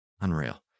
Unreal